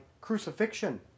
crucifixion